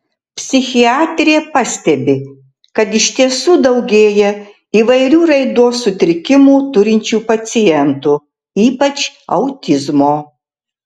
psichiatrė pastebi kad iš tiesų daugėja įvairių raidos sutrikimų turinčių pacientų ypač autizmo